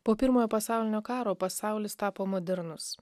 po pirmojo pasaulinio karo pasaulis tapo modernus